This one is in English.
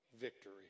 victory